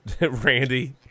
Randy